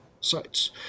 sites